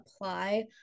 apply